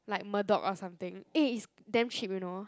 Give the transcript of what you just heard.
like Murdoch or something eh it's damn cheap you know